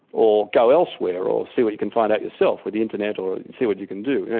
or go elsewhere, or see what you can find out yourself with the internet or see what you can do.